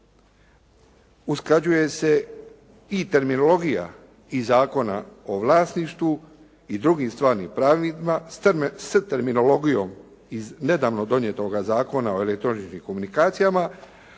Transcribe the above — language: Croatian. usklađuje se i terminologija iz Zakona o vlasništvu i drugim stranim pravima s terminologijom iz nedavno donjetoga Zakona o elektroničkim komunikacijama,